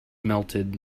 melted